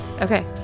Okay